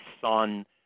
son